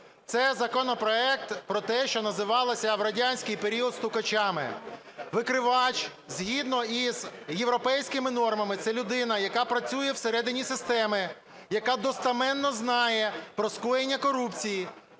це законопроект про те, що називалося в радянський період "стукачами". Викривач, згідно з європейськими нормами, це людина, яка працює всередині системи, яка достеменно знає про скоєння корупції,